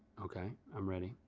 okay, i'm ready.